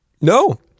No